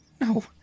No